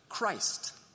Christ